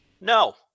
no